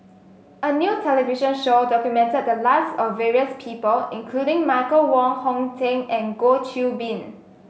a new television show documented the lives of various people including Michael Wong Hong Teng and Goh Qiu Bin